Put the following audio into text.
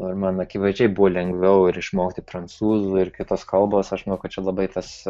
ar man akivaizdžiai buvo lengviau ir išmokti prancūzų ir kitos kalbos aš manau kad čia labai tas